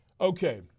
Okay